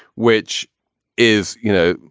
which is, you know,